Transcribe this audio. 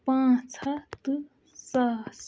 پانٛژھ ہَتھ تہٕ ساس